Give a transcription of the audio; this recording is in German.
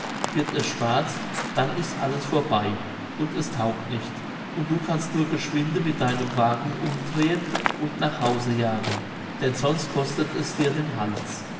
wird es schwarz dann ist alles vorbei und es taugt nicht und du kannst nur geschwinde mit deinem wagen umdrehen und nach hause jagen denn sonst kostet es dir den hals